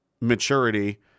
maturity